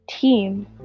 Team